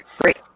Great